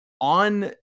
on